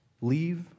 leave